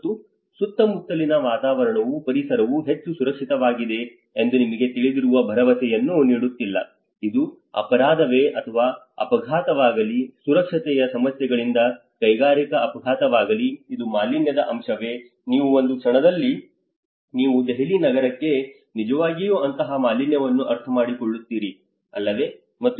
ಮತ್ತು ಸುತ್ತಮುತ್ತಲಿನ ವಾತಾವರಣವು ಪರಿಸರವು ಹೆಚ್ಚು ಸುರಕ್ಷಿತವಾಗಿದೆ ಎಂದು ನಿಮಗೆ ತಿಳಿದಿರುವ ಭರವಸೆಯನ್ನು ನೀಡುತ್ತಿಲ್ಲ ಇದು ಅಪರಾಧವೇ ಇದು ಅಪಘಾತವಾಗಲಿ ಸುರಕ್ಷತೆಯ ಸಮಸ್ಯೆಗಳಿಂದಾಗಿ ಕೈಗಾರಿಕಾ ಅಪಘಾತವಾಗಲಿ ಇದು ಮಾಲಿನ್ಯದ ಅಂಶವೇ ನೀವು ಬಂದ ಕ್ಷಣದಲ್ಲಿ ನೀವು ದೆಹಲಿ ನಗರಕ್ಕೆ ನಿಜವಾಗಿಯೂ ಅಂತಹ ಮಾಲಿನ್ಯವನ್ನು ಅರ್ಥಮಾಡಿಕೊಳ್ಳುತ್ತೀರಿ ಅಲ್ಲವೇ